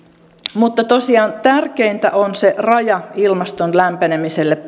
mutta tosiaan tärkeintä pariisin sopimuksessa on se raja ilmaston lämpenemiselle